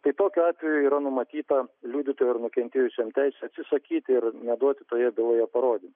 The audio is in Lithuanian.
tai tokiu atveju yra numatyta liudytojui ar nukentėjusiam teisė atsisakyti ir neduoti toje byloje parodymų